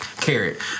carrot